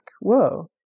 whoa